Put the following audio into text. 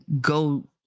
go